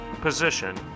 position